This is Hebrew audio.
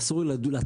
ואסור לי לדון,